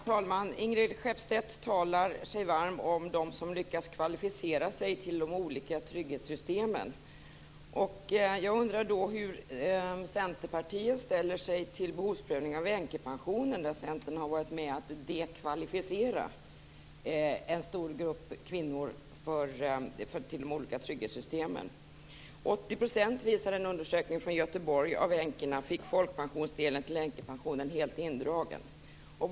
Herr talman! Ingrid Skeppstedt talar sig varm om dem som lyckats kvalificera sig till de olika trygghetssystemen. Jag undrar hur Centerpartiet ställer sig till behovsprövningen av änkepensionen, där Centerpartiet har varit med att "dekvalificera" en stor grupp kvinnor till de olika trygghetssystemen. En undersökning i Göteborg visar att 80 % av änkorna fick folkpensionsdelen helt indragen.